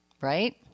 right